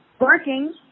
working